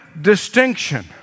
distinction